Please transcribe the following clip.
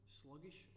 sluggish